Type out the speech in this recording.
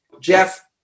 Jeff